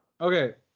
Okay